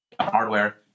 hardware